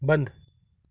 बंद